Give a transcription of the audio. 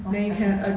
what special